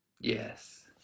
Yes